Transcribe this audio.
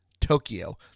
Tokyo